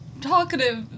talkative